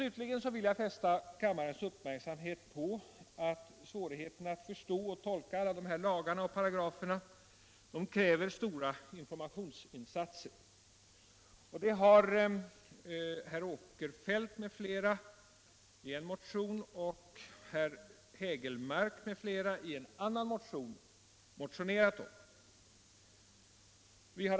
Slutligen vill jag fästa kammarens uppmärksamhet på att svårigheterna att förstå och tolka alla de här lagarna och paragraferna kräver stora informationsinsatser. Det har herr Åkerfeldt m.fl. och herr Hägelmark m.fl. motionerat om.